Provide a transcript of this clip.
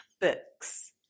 books